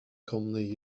commonly